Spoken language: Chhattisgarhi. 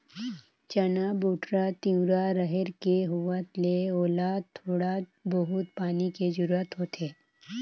चना, बउटरा, तिंवरा, रहेर के होवत ले ओला थोड़ा बहुत पानी के जरूरत होथे